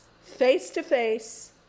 face-to-face